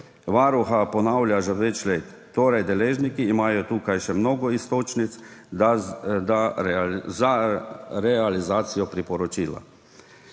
Varuha se ponavlja že več let, torej imajo deležniki tukaj še mnogo iztočnic za realizacijo priporočila.